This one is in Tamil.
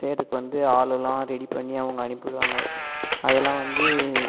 செய்யறதுக்கு வந்து ஆள்ளெல்லாம் ரெடி பண்ணி அவங்க அனுப்பி விடுவாங்க அதெல்லாம் வந்து